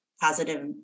positive